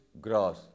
grass